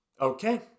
okay